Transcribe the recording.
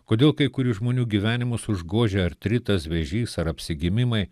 kodėl kai kurių žmonių gyvenimus užgožia artritas vėžys ar apsigimimai